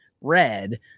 red